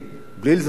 בלי לזלזל,